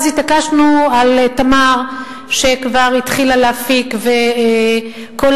אז התעקשנו על "תמר" שכבר התחילה להפיק, וכל